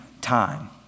time